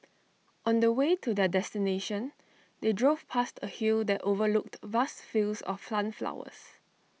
on the way to their destination they drove past A hill that overlooked vast fields of sunflowers